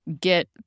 get